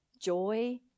joy